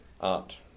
art